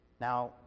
Now